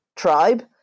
Tribe